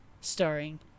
Starring